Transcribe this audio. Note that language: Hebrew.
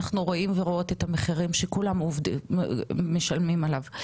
אנחנו רואים ורואות את המחירים שכולם משלמים עליו.